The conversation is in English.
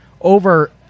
over